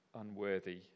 unworthy